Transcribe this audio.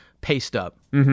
paste-up